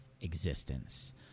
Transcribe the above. existence